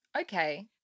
Okay